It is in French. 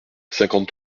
cinquante